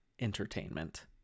entertainment